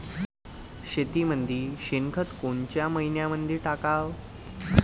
मातीमंदी शेणखत कोनच्या मइन्यामंधी टाकाव?